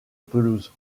pelouse